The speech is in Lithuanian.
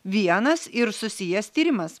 vienas ir susijęs tyrimas